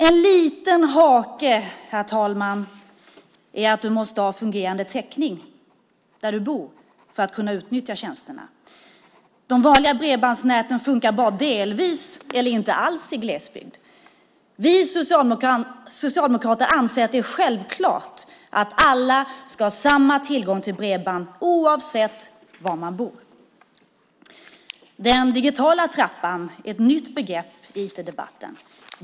En liten hake, herr talman, är dock att du måste ha fungerande täckning där du bor för att kunna utnyttja tjänsterna. De vanliga bredbandsnäten funkar bara delvis eller inte alls i glesbygd. Vi socialdemokrater anser att det är självklart att alla ska ha samma tillgång till bredband, oavsett var de bor. Den digitala trappan är ett nytt begrepp i IT-debatten.